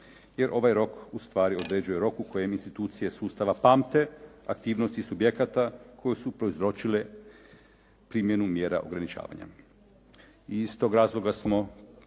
jer ovaj rok ustvari određuje rok u kojem institucije sustava pamte aktivnosti subjekata koje su prouzročile primjenu mjera ograničavanja i iz tog razloga smo